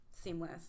Seamless